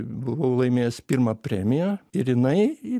buvau laimėjęs pirmą premiją ir jinai